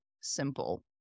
simple